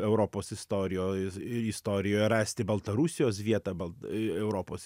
europos istorijoj i istorijoj rasti baltarusijos vietą balt i europos